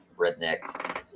redneck